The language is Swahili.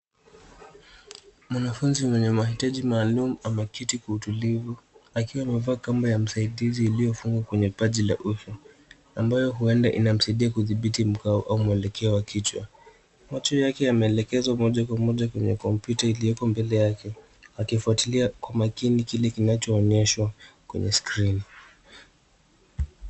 Mwanafunzi mwenye mahitaji maalum ameketi kwa utulivu akiwa amevaa kamba ya msaidizi iliyofungwa kwenye paji la uso, ambayo huenda inamsaidia kudhibiti mkao au mwelekeo wa kichwa. Macho yake yameelekezwa moja kwa moja kwenye kompyuta ilioko mbele yake akifuatilia kwa makini kile kinachoonyeshwa kwenye skrini.